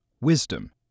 wisdom